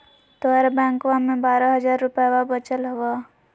तोहर बैंकवा मे बारह हज़ार रूपयवा वचल हवब